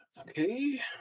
Okay